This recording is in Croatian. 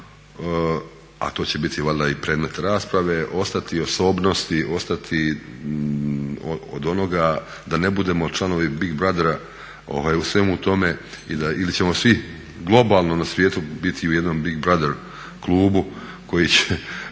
a to će biti valjda i predmet rasprave, ostati osobnosti, ostati od onoga da ne budemo članovi Big brothera u svemu tome ili ćemo svi globalno na svijetu biti u jednom Big brother klubu pa će